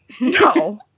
No